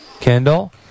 Kendall